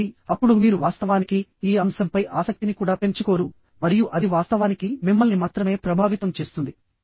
కాబట్టి అప్పుడు మీరు వాస్తవానికి ఈ అంశంపై ఆసక్తిని కూడా పెంచుకోరు మరియు అది వాస్తవానికి మిమ్మల్ని మాత్రమే ప్రభావితం చేస్తుంది